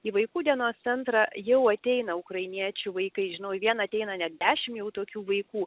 į vaikų dienos centrą jau ateina ukrainiečių vaikai žinau į vieną ateina net dešim jau tokių vaikų